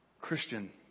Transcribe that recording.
Christian